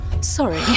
Sorry